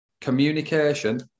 communication